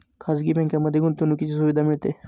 खाजगी बँकांमध्ये गुंतवणुकीची सुविधा मिळते